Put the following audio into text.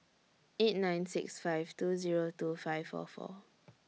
eight nine six five two Zero two five four four